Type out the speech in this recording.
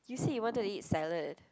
you said you wanted to eat salad